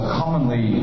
commonly